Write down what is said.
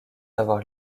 avoir